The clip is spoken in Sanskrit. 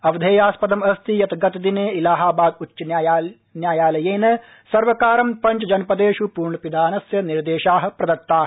अवधेयास्पदम अस्ति यत् गतदिने इलाहाबाद उच्च न्यायालयेन सर्वकार पञ्चजनपदेषु पूर्णपिधानस्य निर्देशा प्रदत्ता